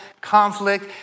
conflict